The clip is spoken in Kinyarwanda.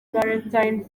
valentine